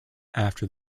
after